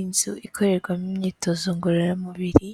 Inzu ikorerwamo imyitozo ngororamubiri,